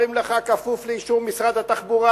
אומרים לך: כפוף לאישור משרד התחבורה,